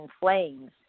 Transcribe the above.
flames